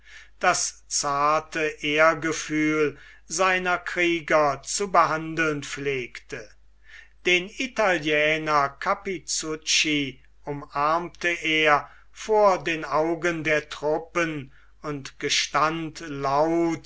das zarte ehrgefühl seiner krieger zu behandeln pflegte den italiener capizucchi umarmte er vor den augen der truppen und gestand laut